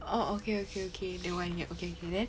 oh okay okay okay then one year okay okay then